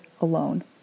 alone